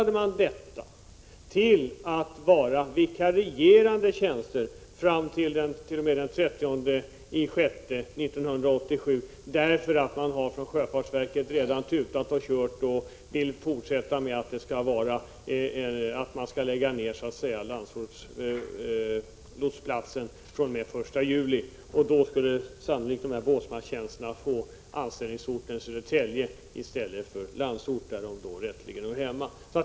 De ändrades till att avse vikariat fram t.o.m. den 30 juni 1987, eftersom sjöfartsverket givit signaler om att lotsplatsen vid Landsort skulle läggas ned den 1 juli, varefter anställningsorten för båtsmanstjänsterna skulle bli Södertälje i stället för Landsort, där de rätteligen hör hemma.